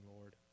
lord